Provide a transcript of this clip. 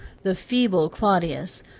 the feeble claudius,